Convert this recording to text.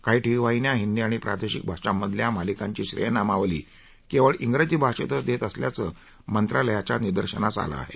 काही टीव्ही वाहिन्या हिंदी आणि प्रादेशिक भाषांमधल्या मालिकांची श्रेयनामावली केवळ इंग्रजी भाषेतच देत असल्याचं मंत्रालयाच्या निदर्शनास आलं आहे